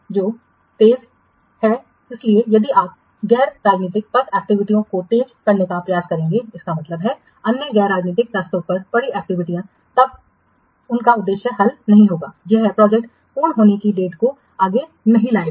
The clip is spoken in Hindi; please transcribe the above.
तो तेजी इसलिए यदि आप गैर राजनीतिक पथ एक्टिविटीयों को तेज करने का प्रयास करेंगे इसका मतलब है अन्य गैर राजनीतिक रास्तों पर पड़ी एक्टिविटीयाँ तब इसका उद्देश्य हल नहीं होगा यह प्रोजेक्ट पूर्ण होने की डेट को आगे नहीं लाएगा